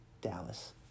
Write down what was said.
Dallas